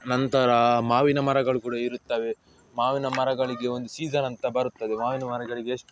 ನಂತರ ಮಾವಿನ ಮರಗಳು ಕೂಡ ಇರುತ್ತವೆ ಮಾವಿನ ಮರಗಳಿಗೆ ಒಂದು ಸೀಸನ್ ಅಂತ ಬರುತ್ತದೆ ಮಾವಿನ ಮರಗಳಿಗೆ ಎಷ್ಟು